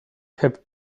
have